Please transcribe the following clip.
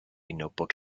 notebook